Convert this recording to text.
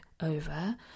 over